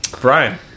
Brian